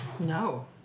No